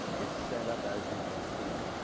is set up, as you can see,